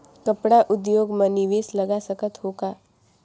कपड़ा उद्योग म निवेश लगा सकत हो का?